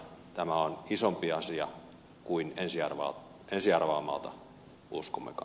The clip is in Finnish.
tämä on isompi asia kuin ensi arvaamalta uskommekaan